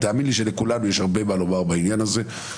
תאמין לי שלכולנו יש הרבה מה לומר בעניין הזה.